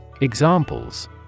Examples